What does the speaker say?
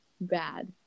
bad